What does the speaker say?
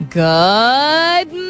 good